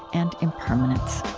and, impermanence